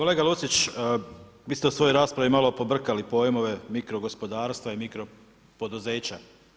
Kolega Lucić, vi ste u svojoj raspravi malo pobrkali pojmove mikro gospodarstva i mikro poduzeća.